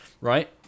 right